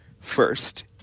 first